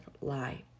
lie